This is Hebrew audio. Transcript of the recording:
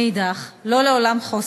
מנגד, לא לעולם חוסן.